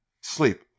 sleep